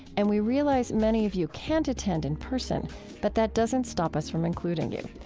and we realize many of you can't attend in person but that doesn't stop us from including you.